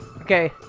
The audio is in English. Okay